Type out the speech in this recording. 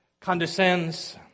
condescends